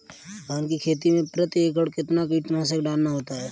धान की खेती में प्रति एकड़ कितना कीटनाशक डालना होता है?